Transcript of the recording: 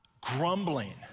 grumbling